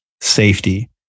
safety